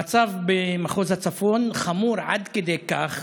המצב במחוז הצפון חמור עד כדי כך